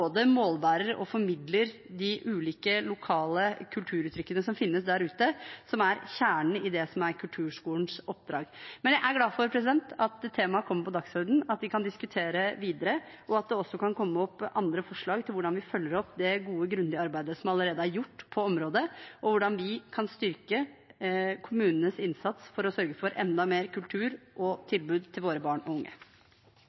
målbærer og formidler de ulike lokale kulturuttrykkene som finnes der ute, som er kjernen i kulturskolens oppdrag. Jeg er glad for at teamet kommer på dagsordenen, at vi kan diskutere videre, og at det også kan komme opp andre forslag til hvordan vi kan følge opp det gode og grundige arbeidet som allerede er gjort på området, og hvordan vi kan styrke kommunenes innsats for å sørge for enda mer kultur og